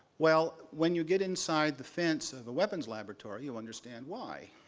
well, when you get inside the fence of a weapons laboratory, you'll understand why.